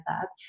up